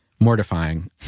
mortifying